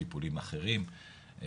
טיפולים אחרים,